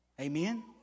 Amen